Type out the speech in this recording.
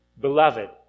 Beloved